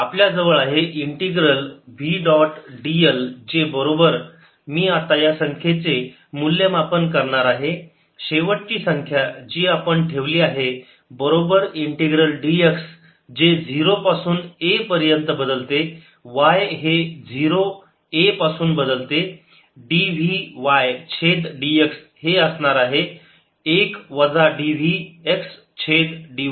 आपल्याजवळ आहे integral v dot dl जे बरोबर मी आता या संख्येचे मूल्यमापन करणार आहे शेवटची संख्या जी आपण ठेवली आहे बरोबर इंटिग्रल dx जे 0 पासून a पर्यंत बदलते y हे 0 a पासून बदलते dv y छेद dx हे असणार आहे 1 वजा dv x छेद dy असणार आहे x चा वर्ग dy